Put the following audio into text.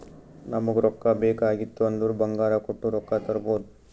ನಮುಗ್ ರೊಕ್ಕಾ ಬೇಕ್ ಆಗಿತ್ತು ಅಂದುರ್ ಬಂಗಾರ್ ಕೊಟ್ಟು ರೊಕ್ಕಾ ತರ್ಬೋದ್